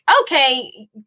Okay